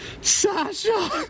Sasha